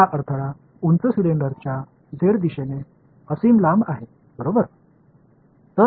எனவே இந்த தடை உயரமான சிலிண்டர் போன்று z திசையில் நீளமானது முடிவற்றது